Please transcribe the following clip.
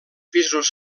pisos